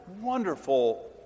wonderful